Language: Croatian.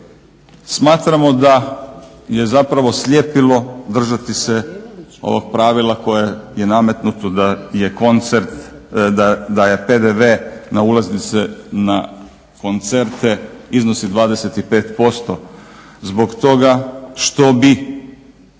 Smatramo da je zapravo sljepilo držati se ovog pravila koje je nametnuto da je PDV na ulaznice na koncerte iznosi 25% zbog toga što bi